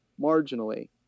marginally